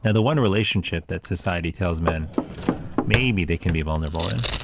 and the one relationship that society tells men maybe they can be vulnerable in,